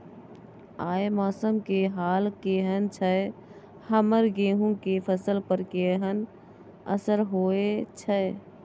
आय मौसम के हाल केहन छै हमर गेहूं के फसल पर केहन असर होय छै?